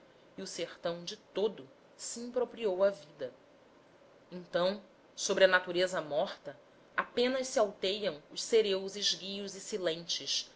e o sertão de todo se impropriou à vida então sobre a natureza morta apenas se alteiam os cereus esguios e